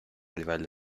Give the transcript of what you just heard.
livello